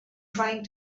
trying